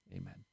amen